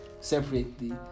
separately